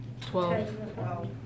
Twelve